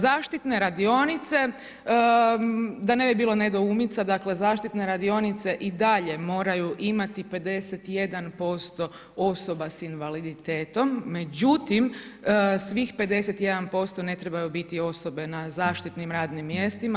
Zaštitne radionice, da ne bi bilo nedoumica dakle zaštitne radionice i dalje moraju imati 51% osoba s invaliditetom, međutim svih 51% ne trebaju biti osobe na zaštitnim radnim mjestima.